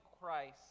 Christ